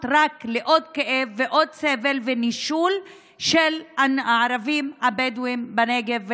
רק לעוד כאב ועוד סבל ונישול של הערבים הבדואים בנגב,